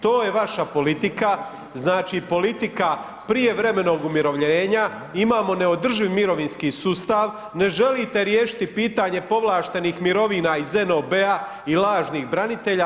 To je vaša politika, znači politika prijevremenog umirovljenja, imamo neodrživ mirovinski sustav ne želite riješiti pitanje povlaštenih mirovina iz NOB-a i lažnih branitelja.